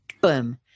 boom